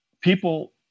people